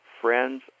Friends